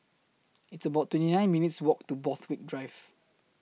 It's about twenty nine minutes' Walk to Borthwick Drive